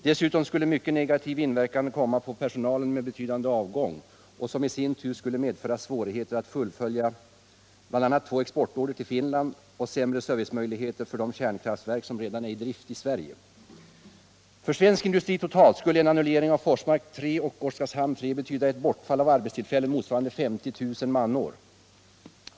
Dessutom skulle det bli en mycket negativ verkan med avseende på personalen med betydande avgång, som i sin tur skulle medföra svårigheter att fullfölja arbetet med bl.a. två exportorder för Finland samt sämre servicemöjligheter för de kärnkraftverk som redan är i drift i Sverige. För svensk industri totalt skulle en annullering av Forsmark 3 och Oskarshamn 3 betyda ett bortfall av arbetstillfällen motsvarande 50 000 manår.